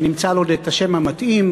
שנמצא לו עוד את השם המתאים,